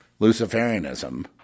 Luciferianism